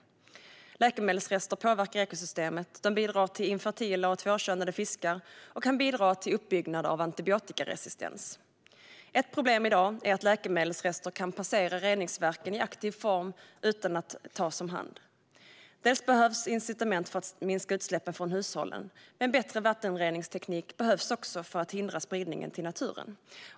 Läkemedelsrester påverkar ekosystemet, bidrar till infertila och tvåkönade fiskar och kan bidra till uppbyggnad av antibiotikarestens. Ett problem i dag är att läkemedelsrester kan passera reningsverken i aktiv form utan att tas om hand. Dels behövs incitament för att minska utsläppen från hushållen, dels behövs bättre vattenreningsteknik för att hindra spridningen till naturen.